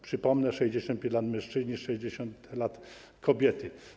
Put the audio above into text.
Przypomnę: 65 lat - mężczyźni, 60 lat - kobiety.